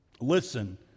listen